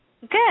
Good